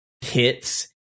hits